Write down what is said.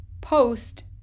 post